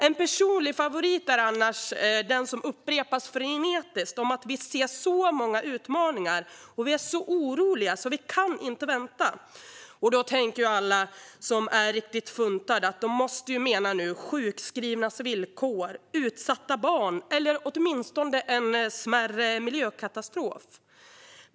En personlig favorit är annars den här som upprepas frenetiskt: Vi ser så många utmaningar och vi är så oroliga att vi inte kan vänta. Då tänker ju alla som är riktigt funtade att de måste mena sjukskrivnas villkor, utsatta barn eller åtminstone en smärre miljökatastrof.